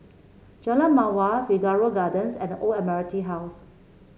Jalan Mawar Figaro Gardens and The Old Admiralty House